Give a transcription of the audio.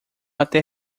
até